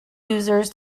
users